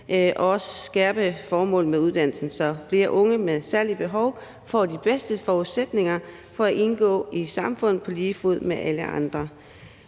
også skærpe formålet med uddannelsen, så flere unge med særlige behov får de bedste forudsætninger for at indgå i samfundet på lige fod med alle andre.